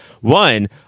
One